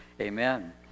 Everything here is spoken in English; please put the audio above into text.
Amen